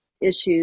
issues